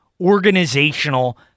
organizational